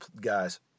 guys